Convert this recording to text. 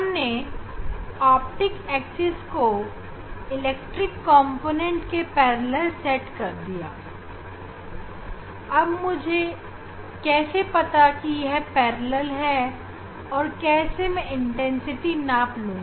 हमने optic axis को electric कॉम्पोनेंटके समांतर सेट कर दिया है अब मुझे कैसे पता कि यह समांतर है और कैसे मैं तीव्रता नाप लूँगा